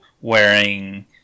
wearing